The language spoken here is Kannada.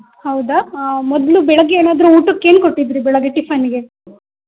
ಹೌದಾ ಮೊದಲು ಬೆಳಗ್ಗೆ ಏನಾದರೂ ಊಟಕ್ಕೆ ಏನು ಕೊಟ್ಟಿದ್ದಿರಿ ಬೆಳಗ್ಗೆ ಟಿಫನ್ಗೆ